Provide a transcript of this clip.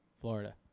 Florida